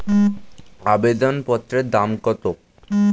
আবেদন পত্রের দাম কত?